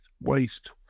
waste